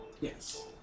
Yes